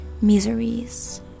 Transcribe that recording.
miseries